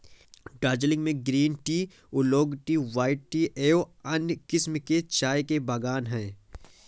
दार्जिलिंग में green tea, oolong tea, white tea एवं अन्य किस्म के चाय के बागान हैं